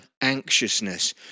anxiousness